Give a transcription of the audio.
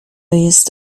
jest